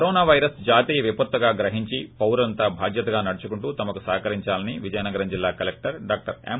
corona virus జాతీయ విపత్తుగా గ్రహించి పౌరులంతా బాధ్యతగా నడుచుకుంటూ తమకు సహకరిందాలని విజయనగరం జిల్లా కలెక్లర్ డాక్లర్ ఎం